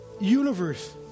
universe